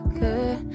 good